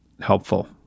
helpful